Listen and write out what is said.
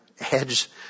hedge